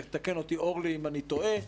תתקן אותי אורלי אם אני טועה,